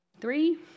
Three